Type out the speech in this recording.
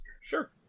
Sure